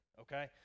okay